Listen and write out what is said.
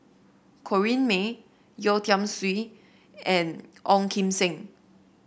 Corrinne May Yeo Tiam Siew and Ong Kim Seng